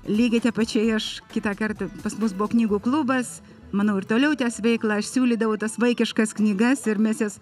lygiai taip pačiai aš kitą kartą pas mus buvo knygų klubas manau ir toliau tęs veiklą aš siūlydavau tas vaikiškas knygas ir mes jas